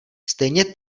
stejně